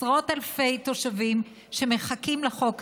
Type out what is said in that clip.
עשרות אלפי תושבים שמחכים לחוק הזה,